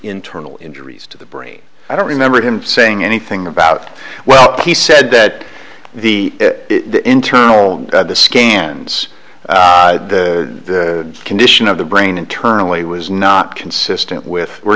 internal injuries to the brain i don't remember him saying anything about well he said that the internal scans the condition of the brain internally was not consistent with were